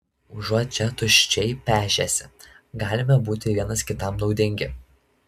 užuot čia tuščiai pešęsi galime būti vienas kitam naudingi